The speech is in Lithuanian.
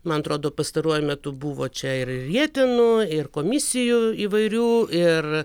man atrodo pastaruoju metu buvo čia ir rietenų ir komisijų įvairių ir